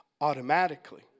automatically